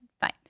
Fine